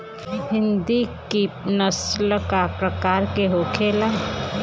हिंदी की नस्ल का प्रकार के होखे ला?